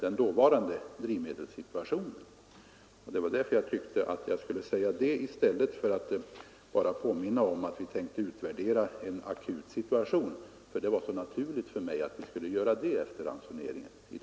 Det var därför jag ansåg mig böra nämna detta i stället för att bara meddela att vi avser att utvärdera den akuta situationen, något som jag, som sagt, fann helt naturligt.